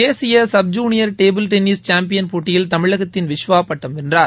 தேசிய sub junior table tennis champion போட்டியில் தமிழகத்தின் விஷ்வா பட்டம் வென்றார்